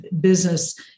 business